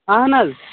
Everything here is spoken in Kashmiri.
اَہَن حظ